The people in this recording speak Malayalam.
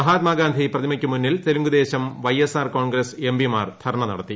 മഹാത്മാഗാന്ധി പ്രതിമയ്ക്കുമുന്നിൽ തെലുങ്കുദേശം വൈ എസ് ആർ കോൺഗ്രസ് എം പിമാർ ധർണ്ണ നടത്തി